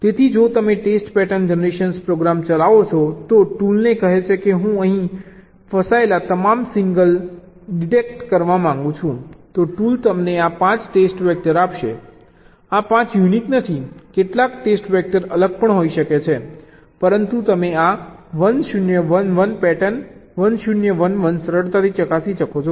તેથી જો તમે ટેસ્ટ પેટર્ન જનરેશન પ્રોગ્રામ ચલાવો છો તો ટૂલને કહે છે કે હું અહીં ફસાયેલા તમામ સિંગલ ડિટેક્ટ કરવા માંગુ છું તો ટૂલ તમને આ 5 ટેસ્ટ વેક્ટર આપશે આ 5 યુનીક નથી કેટલાક ટેસ્ટ વેક્ટર અલગ પણ હોઈ શકે છે પરંતુ તમે આ 1 0 1 1 પેટર્ન 1 0 1 1 સરળતાથી ચકાસી શકો છો